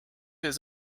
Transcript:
his